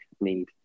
need